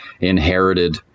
inherited